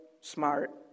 smart